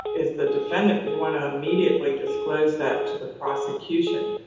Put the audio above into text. as the defendant you want to immediately disclose that to the prosecution.